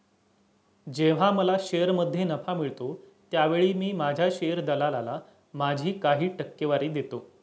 जेव्हा मला शेअरमध्ये नफा मिळतो त्यावेळी मी माझ्या शेअर दलालाला माझी काही टक्केवारी देतो